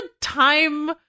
time